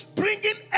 bringing